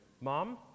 Mom